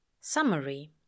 Summary